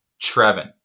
Trevin